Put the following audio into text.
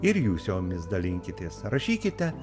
ir jūs jomis dalinkitės rašykite